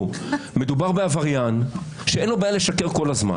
מדובר בעבריין שאין לו בעיה לשקר כל הזמן